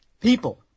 People